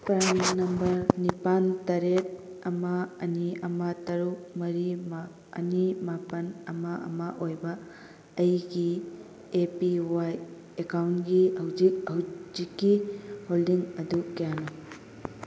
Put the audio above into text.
PRAN number ꯅꯤꯄꯥꯜ ꯇꯔꯦꯠ ꯑꯃ ꯑꯅꯤ ꯑꯃ ꯇꯔꯨꯛ ꯃꯔꯤ ꯑꯅꯤ ꯃꯥꯄꯜ ꯑꯃ ꯑꯃ ꯑꯣꯏꯕ ꯑꯩꯒꯤ ꯑꯦ ꯄꯤ ꯋꯥꯏ ꯑꯦꯀꯥꯎꯟꯒꯤ ꯍꯧꯖꯤꯛ ꯍꯧꯖꯤꯛꯀꯤ ꯍꯣꯜꯗꯤꯡ ꯑꯗꯨ ꯀꯌꯥꯅꯣ